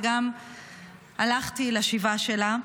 וגם הלכתי לשבעה שלה.